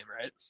right